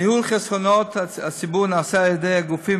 ניהול חסכונות הציבור נעשה על-ידי הגופים